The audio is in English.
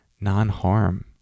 non-harm